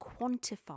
quantify